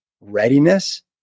readiness